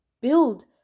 build